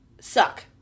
suck